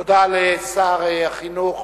תודה לשר החינוך